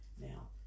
Now